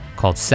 called